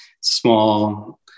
small